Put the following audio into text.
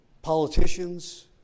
Politicians